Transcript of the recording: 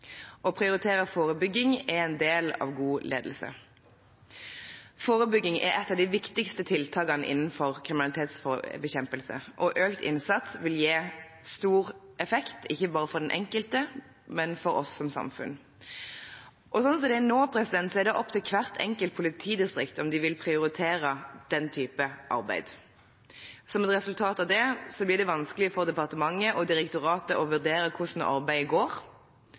Å prioritere forebygging er en del av god ledelse. Forebygging er ett av de viktigste tiltakene innenfor kriminalitetsbekjempelse, og økt innsats vil gi stor effekt – ikke bare for den enkelte, men også for oss som samfunn. Slik det er nå, er det opp til hvert enkelt politidistrikt om de vil prioritere den typen arbeid. Som et resultat av det blir det vanskelig for departementet og direktoratet å vurdere hvordan arbeidet går